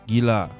Gila